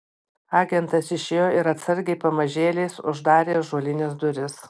agentas išėjo ir atsargiai pamažėliais uždarė ąžuolines duris